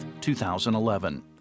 2011